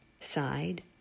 Side